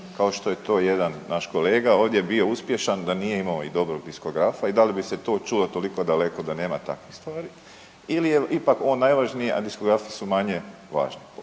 kao što je to jedan naš kolega ovdje bio uspješan da nije imao i dobrog diskografa i da li bi se to čulo toliko daleko da nema takvih stvari ili je ipak on najvažniji, a diskografi su manje važni.